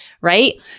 right